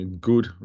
good